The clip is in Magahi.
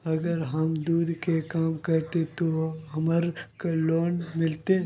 अगर हम दूध के काम करे है ते हमरा लोन मिलते?